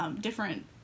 different